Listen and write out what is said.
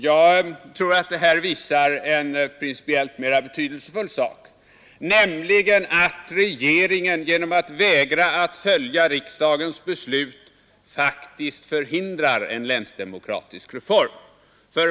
Jag tror att det här visar en principiellt mera betydelsefull sak, nämligen att regeringen genom att vägra att följa riksdagens beslut faktiskt hindrar en länsdemokratisk reform.